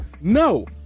No